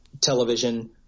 television